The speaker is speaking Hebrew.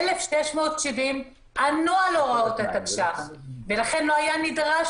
1,670 ענו על הוראות התקש"ח ולכן לא היה נדרש